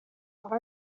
aha